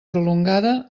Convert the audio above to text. prolongada